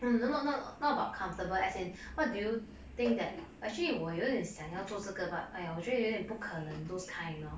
no no no not about comfortable as in what do you think that actually 我有点想要做这个 but 哎呀我觉得有点不可能 those kind you know